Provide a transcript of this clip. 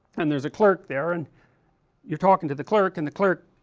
and there is a clerk there and you are talking to the clerk, and the clerk,